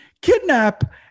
kidnap